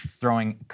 throwing